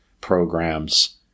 programs